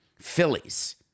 Phillies